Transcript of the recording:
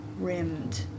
rimmed